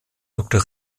doktor